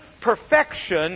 perfection